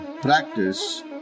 practice